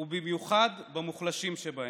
ובמיוחד במוחלשים שבהם.